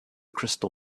crystal